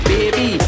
Baby